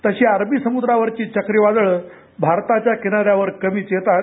तशी अरबी समुद्रावरची चक्रीवादळं भारताच्या किनार्यावर कमीच येतात